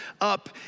up